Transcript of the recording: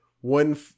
one